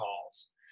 calls